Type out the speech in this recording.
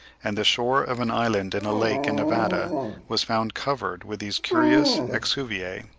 and the shore of an island in a lake in nevada was found covered with these curious exuviae.